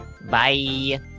Bye